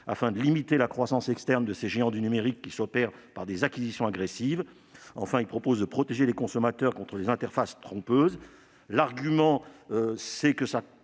afin de limiter la croissance externe de ces géants du numérique, qui s'opère par des acquisitions agressives. Enfin, il tendait à protéger les consommateurs contre les interfaces trompeuses. Pour justifier la suppression